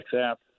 app